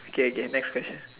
okay okay next question